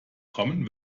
kommen